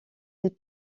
des